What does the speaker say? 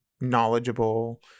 knowledgeable